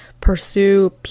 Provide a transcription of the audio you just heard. pursue